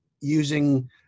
using